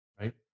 Right